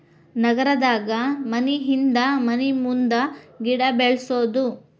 ನಗರದಾಗ ಮನಿಹಿಂದ ಮನಿಮುಂದ ಗಿಡಾ ಬೆಳ್ಸುದು